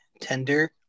tender